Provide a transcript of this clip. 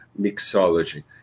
mixology